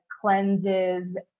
cleanses